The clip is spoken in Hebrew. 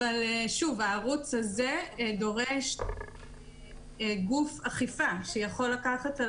אבל הערוץ הזה דורש גוף אכיפה שיכול לקחת על